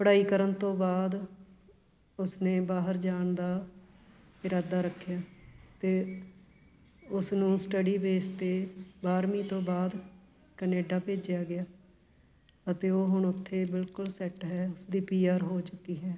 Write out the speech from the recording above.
ਪੜ੍ਹਾਈ ਕਰਨ ਤੋਂ ਬਾਅਦ ਉਸਨੇ ਬਾਹਰ ਜਾਣ ਦਾ ਇਰਾਦਾ ਰੱਖਿਆ ਅਤੇ ਉਸ ਨੂੰ ਸਟੱਡੀ ਬੇਸ 'ਤੇ ਬਾਰ੍ਹਵੀਂ ਤੋਂ ਬਾਅਦ ਕਨੇਡਾ ਭੇਜਿਆ ਗਿਆ ਅਤੇ ਉਹ ਹੁਣ ਉੱਥੇ ਬਿਲਕੁਲ ਸੈਟ ਹੈ ਉਸਦੀ ਪੀ ਆਰ ਹੋ ਚੁੱਕੀ ਹੈ